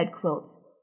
quilts